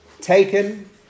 taken